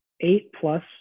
eight-plus